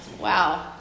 Wow